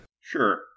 Sure